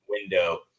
window